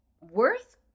worth